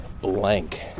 blank